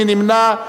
מי נמנע?